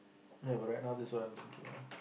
ya but right now this is what I'm thinking lah